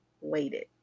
waited